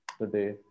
today